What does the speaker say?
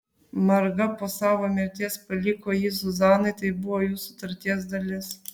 marga po savo mirties paliko jį zuzanai tai buvo jų sutarties dalis